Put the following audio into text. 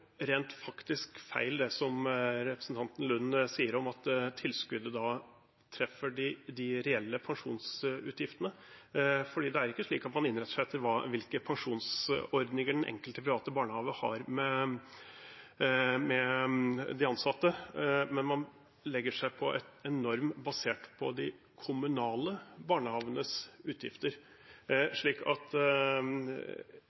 rent faktisk feil, det representanten Lund sier om at tilskuddet da treffer de reelle pensjonsutgiftene. Det er ikke slik at man innretter seg etter hvilke pensjonsordninger den enkelte private barnehage har med de ansatte, men man legger seg på en norm basert på de kommunale barnehagenes utgifter.